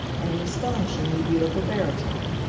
in an astonishingly beautiful barytone.